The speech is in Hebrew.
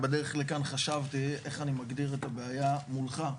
בדרך לכאן חשבתי איך אני מגדיר את הבעיה מולך.